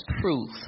proof